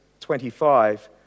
25